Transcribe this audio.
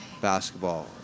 basketball